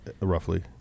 roughly